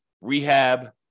rehab